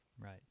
right